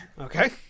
Okay